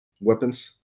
weapons